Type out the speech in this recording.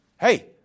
hey